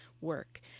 work